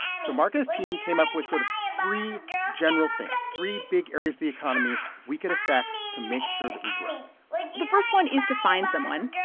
so marc and his team came up with sort of three general things, three big areas of the economy we could affect to make sure that we grow the first one is to find someone,